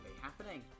Happening